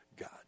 God